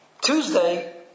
Tuesday